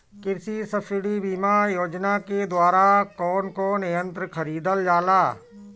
कृषि सब्सिडी बीमा योजना के द्वारा कौन कौन यंत्र खरीदल जाला?